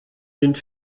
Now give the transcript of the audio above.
sind